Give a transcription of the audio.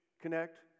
connect